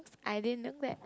I didn't know that